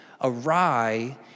awry